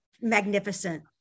magnificent